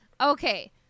Okay